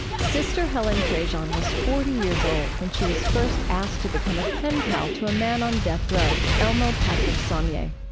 and sister helen prejean was forty years old when she was first asked to become a pen pal to a man on death row, elmo patrick sonnier.